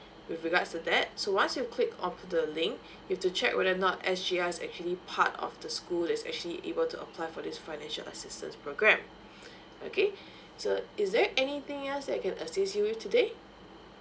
with regards to that so once you click on the link you have to check whether or not S_J_I is actually part of the school that is actually able to apply for this financial assistance programme okay so is there anything else I can assist you with today